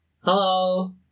Hello